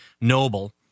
noble